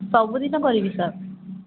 ସବୁ ଦିନ କରିବି ସାର୍